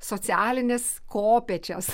socialines kopėčias